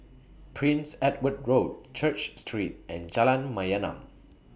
Prince Edward Road Church Street and Jalan Mayaanam